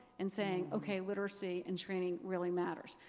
and saying, ok, literacy and training really matters.